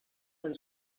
and